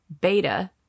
beta